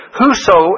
Whoso